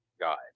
God